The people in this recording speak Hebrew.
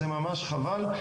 זה ממש חבל,